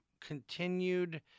continued